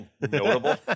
Notable